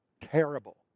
Terrible